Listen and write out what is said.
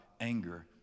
anger